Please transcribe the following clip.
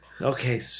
okay